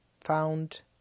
Found